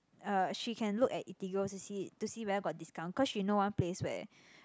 uh she can look at Eatigo to see to see whether got discount cause she know one place where